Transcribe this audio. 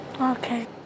Okay